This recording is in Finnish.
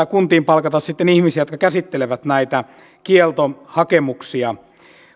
kuntiin palkata sitten ihmisiä jotka käsittelevät näitä kieltohakemuksia